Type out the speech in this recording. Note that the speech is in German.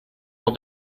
ohr